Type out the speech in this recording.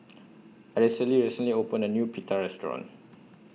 Araceli recently opened A New Pita Restaurant